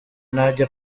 ntajya